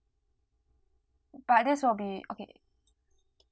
but this will be okay